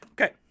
Okay